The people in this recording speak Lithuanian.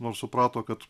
nors suprato kad